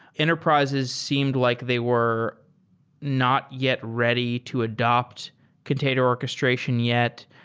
enterprises seemed like they were not yet ready to adopt container orches tration yet,